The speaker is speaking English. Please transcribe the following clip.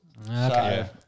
Okay